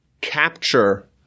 capture